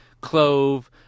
clove